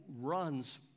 runs